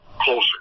closer